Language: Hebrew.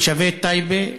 תושבי טייבה,